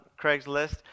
Craigslist